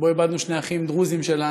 שבו איבדנו שני אחים דרוזים שלנו,